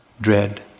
dread